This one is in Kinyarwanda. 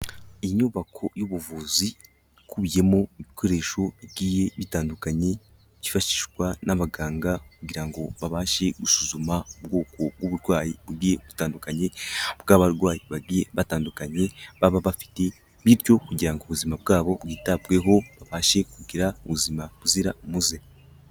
Inyubako y'ubuvuzi ikubiyemo ibikoresho bigiye bitandukanye byifashishwa n'abaganga kugira ngo babashe gusuzuma ubwoko bw'uburwayi bugiye butandukanye bw'abarwayi bagiye batandukanye baba bafite, bityo kugira ngo ubuzima bwabo bwitabweho babashe kugira ubuzima buzira umuze.